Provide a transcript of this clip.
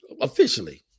officially